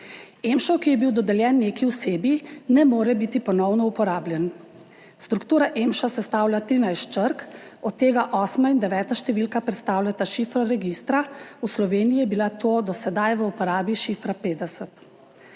EMŠO, ki je bil dodeljen neki osebi, ne more biti ponovno uporabljen. Struktura EMŠA sestavlja 13 črk, od tega osma in deveta številka predstavljata šifro registra, v Sloveniji je bila do sedaj v uporabi šifra 50.